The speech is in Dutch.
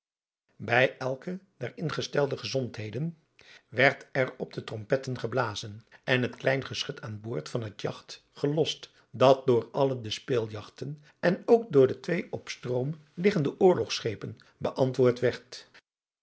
bij elke der ingestelde gezondheden werd er op de trompetten geblazen en het klein geschut aan boord van het jagt gelost dat door alle de speeljagten en ook door de twee op stroom liggende oorlogschepen beantwoord werd